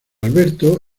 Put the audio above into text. alberto